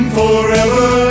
forever